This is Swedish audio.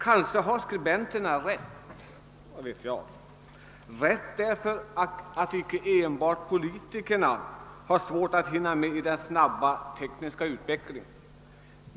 Kanske kritikerna har rätt därför att icke enbart politikerna har lätt att följa med i den snabba tekniska utvecklingen.